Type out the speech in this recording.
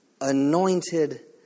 anointed